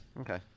Okay